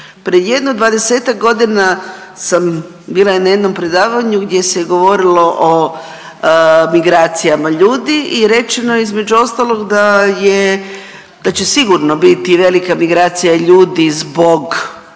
Pred jedno 20-ak godina sam bila na jednom predavanju gdje se je govorilo o migracijama ljudi i rečeno je između ostalog da je, da će sigurno biti velika migracija ljudi zbog